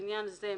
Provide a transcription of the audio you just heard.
לעניין זה,